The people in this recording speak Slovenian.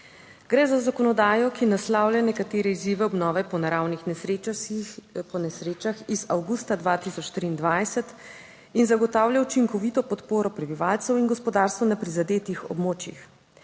Gre za zakonodajo, ki naslavlja nekatere izzive obnove po naravnih iz avgusta 2023 in zagotavlja učinkovito podporo prebivalcem in gospodarstvu na prizadetih območjih.